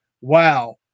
Wow